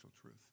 truth